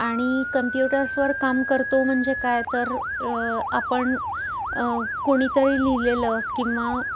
आणि कंप्युटर्सवर काम करतो म्हणजे काय तर आपण कोणीतरी लिहिलेलं किंवा